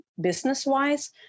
business-wise